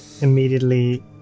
immediately